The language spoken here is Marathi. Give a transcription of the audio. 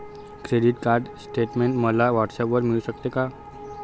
क्रेडिट कार्ड स्टेटमेंट मला व्हॉट्सऍपवर मिळू शकेल का?